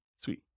Sweet